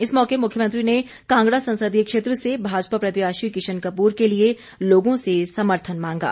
इस मौके मुख्यमंत्री ने कांगड़ा संसदीय क्षेत्र से भाजपा प्रत्याशी किशन कपूर के लिए लोगों से समर्थन मांगा